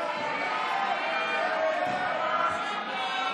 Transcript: ההצעה להעביר את הצעת חוק התכנון והבנייה (תיקון מס' 137)